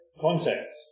context